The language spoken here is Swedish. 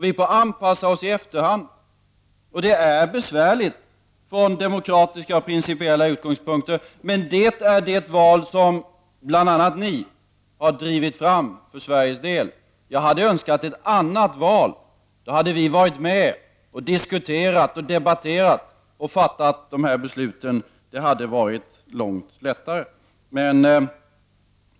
Vi får anpassa oss i efterhand, och det är besvärligt från demokratiska och principiella utgångspunkter, men det är det val som bl.a. ni har drivit fram för Sveriges del. Jag hade önskat ett annat val. Då hade vi varit med om att diskutera och debattera och att fatta beslut, vilket hade varit långt lättare.